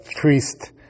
priest